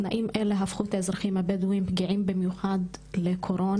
תנאים אלה הפכו את האזרחים הבדויים לפגיעים במיוחד לקורונה,